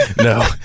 No